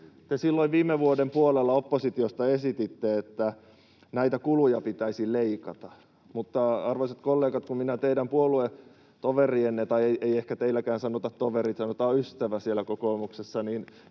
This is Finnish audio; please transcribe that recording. Te silloin viime vuoden puolella oppositiosta esititte, että näitä kuluja pitäisi leikata, mutta, arvoisat kollegat, kun minä teidän puoluetoverienne — tai ei ehkä teilläkään sanota toveri vaan sanotaan ystävä siellä kokoomuksessa —